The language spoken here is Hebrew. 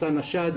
סרטן השד,